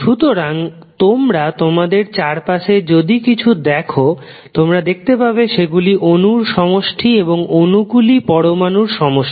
সুতরাং তোমরা তোমাদের চারপাশে যদি কিছু দেখো তোমরা দেখতে পাবে সেগুলি অণুর সমষ্টি এবং অণুগুলি পরমাণুর সমষ্টি